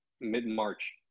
mid-March